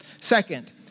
Second